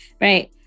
Right